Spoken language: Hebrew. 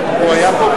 לאולם,